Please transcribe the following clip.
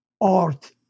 art